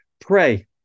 Pray